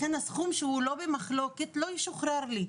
לכן הסכום שהוא לא במחלוקת לא ישוחרר לי.